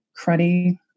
cruddy